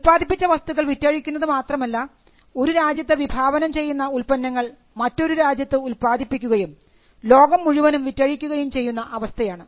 ഉത്പാദിപ്പിച്ച വസ്തുക്കൾ വിറ്റഴിക്കുന്നത് മാത്രമല്ല ഒരു രാജ്യത്ത് വിഭാവനം ചെയ്യുന്ന ഉത്പന്നങ്ങൾ മറ്റൊരു രാജ്യത്ത് ഉത്പാദിപ്പിക്കുകയും ലോകം മുഴുവനും വിറ്റഴിക്കുകയും ചെയ്യുന്ന അവസ്ഥയാണ്